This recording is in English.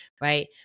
right